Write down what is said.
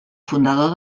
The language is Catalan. fundador